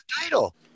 title